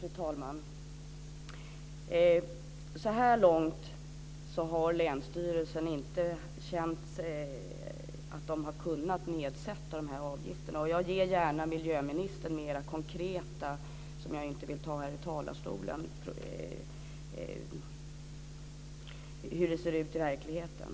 Fru talman! Så här långt har länsstyrelsen inte känt att man har kunnat nedsätta tillsynsavgifterna. Jag ger gärna miljöministern fler konkreta exempel, som jag inte vill ta upp här i talarstolen, på hur det ser ut i verkligheten.